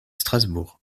strasbourg